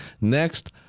Next